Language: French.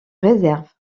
réserve